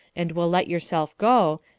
and will let yourself go,